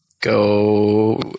Go